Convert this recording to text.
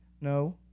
No